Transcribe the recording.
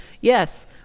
yes